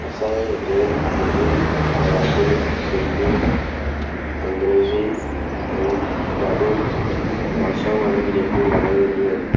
असांजे हिते हिंदी मराठी सिंधी अंग्रेजी ऐं ॾाढियूं भाषाऊं आहिनि जेकियूं ॻाल्हायूं वेंदियूं आहिनि